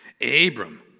Abram